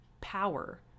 power